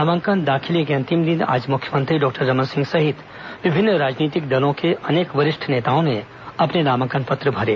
नामांकन दाखिले के अंतिम दिन आज मुख्यमंत्री डॉक्टर रमन सिंह सहित विभिन्न राजनीतिक दलों के अनेक वरिष्ठ नेताओं ने अपने नामांकन पत्र भरे